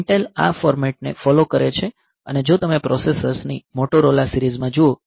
Intel આ ફોર્મેટને follow કરે છે અને જો તમે પ્રોસેસર્સની મોટોરોલા સીરિઝ માં જુઓ